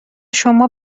شما